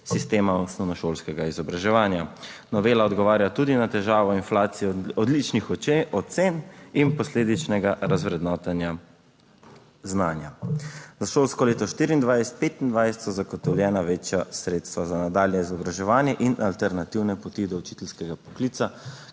sistema osnovnošolskega izobraževanja. Novela odgovarja tudi na težavo inflacije odličnih ocen in posledičnega razvrednotenja znanja. Za šolsko leto 2024/2025 so zagotovljena večja sredstva za nadaljnje izobraževanje in alternativne poti do učiteljskega poklica,